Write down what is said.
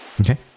Okay